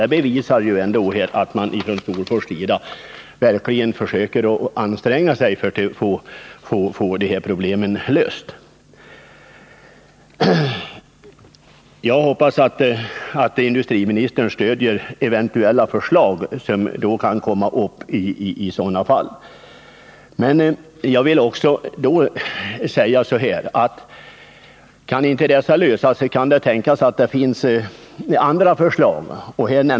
Det bevisar att man i Stofors verkligen anstränger sig för att lösa problemen. Jag hoppas att industriministern stöder eventuella förslag som kan komma upp. Om de inte går att genomföra kan det tänkas att det finns andra förslag.